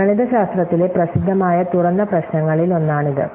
ഗണിതശാസ്ത്രത്തിലെ പ്രസിദ്ധമായ തുറന്ന പ്രശ്നങ്ങളിലൊന്നാണിത്